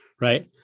right